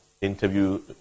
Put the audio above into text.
interview